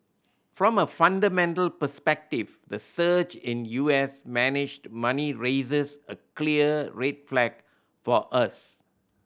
from a fundamental perspective the surge in U S managed money raises a clear red flag for us